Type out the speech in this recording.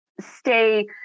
stay